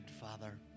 Father